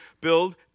build